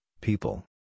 people